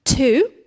Two